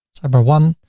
sidebar one,